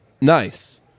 Nice